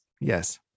Yes